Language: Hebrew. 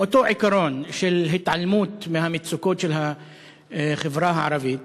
עם אותו עיקרון של התעלמות מהמצוקות של החברה הערבית,